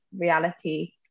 reality